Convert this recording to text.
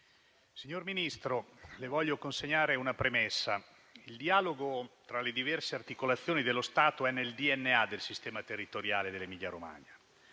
signor Ministro, colleghi, voglio consegnare una premessa. Il dialogo tra le diverse articolazioni dello Stato è nel DNA del sistema territoriale dell'Emilia-Romagna,